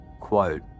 Quote